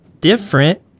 different